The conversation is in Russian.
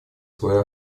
свой